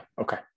Okay